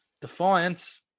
defiance